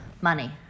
money